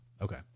okay